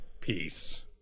peace